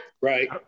Right